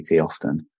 often